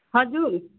हजुर